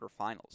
quarterfinals